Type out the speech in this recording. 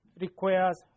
requires